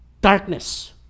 darkness